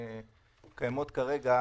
קיימות כרגע,